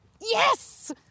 Yes